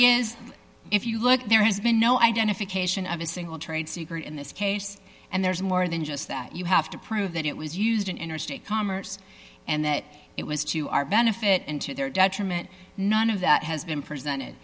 is if you look there has been no identification of a single trade secret in this case and there's more than just that you have to prove that it was used in interstate commerce and that it was to our benefit and to their detriment none of that has been presented